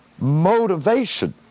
motivation